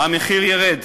המחיר ירד.